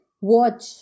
watch